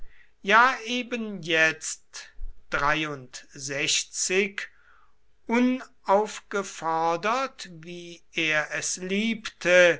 ja eben jetzt unaufgefordert wie er es liebte